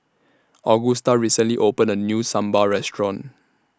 Augusta recently opened A New Sambar Restaurant